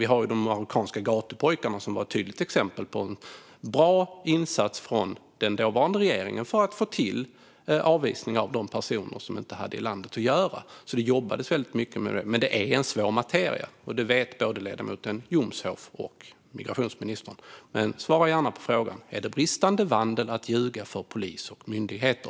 Fallet med de marockanska gatupojkarna var ett tydligt exempel på en bra insats från den dåvarande regeringen för att få till avvisning av de personer som inte hade i landet att göra. Det jobbades väldigt mycket med det, men det är en svår materia. Det vet både ledamoten Jomshof och migrationsministern. Men svara gärna på frågan om det är bristande vandel att ljuga för polis och myndigheter.